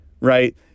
right